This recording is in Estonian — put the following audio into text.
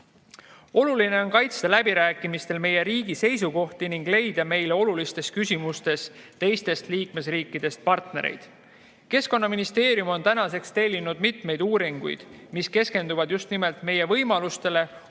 Oluline on kaitsta läbirääkimistel meie riigi seisukohti ning leida meile olulistes küsimustes teistest liikmesriikidest partnereid. Keskkonnaministeerium on tänaseks tellinud mitmeid uuringuid, mis keskenduvad just nimelt meie võimalustele